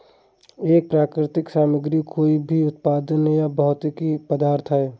एक प्राकृतिक सामग्री कोई भी उत्पाद या भौतिक पदार्थ है